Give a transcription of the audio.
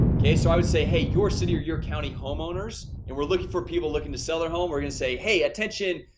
okay, so i would say hey your city or your county homeowners, and we're looking for people looking to sell their home we're gonna say hey attention.